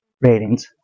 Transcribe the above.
ratings